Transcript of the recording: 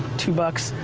two bucks.